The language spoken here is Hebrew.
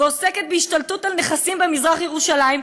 ועוסקת בהשתלטות על נכסים במזרח-ירושלים,